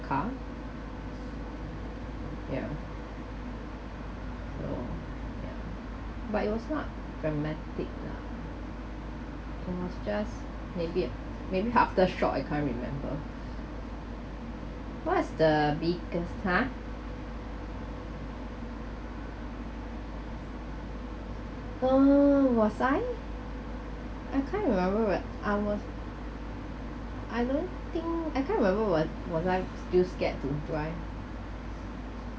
car yeah oh yeah but it was not dramatic lah it was just maybe a maybe after shock I can't remember what is the biggest ha uh was I I can't remember wa~ I was I don't think I can't remember was I still scared to drive